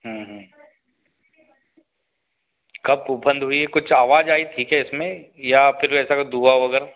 कब वो बंद हुई है कुछ आवाज़ आई थी क्या इसमें या फिर ऐसा धुआँ वगैरह